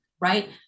Right